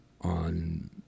on